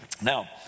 Now